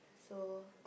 so